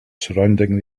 surrounding